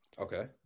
Okay